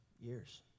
years